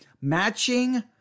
matching